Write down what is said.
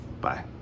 Bye